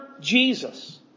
Jesus